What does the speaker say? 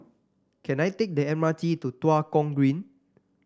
can I take the M R T to Tua Kong Green